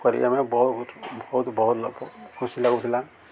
କରି ଆମେ ବହୁତ ଲୋକ ଖୁସି ଲାଗୁଥିଲା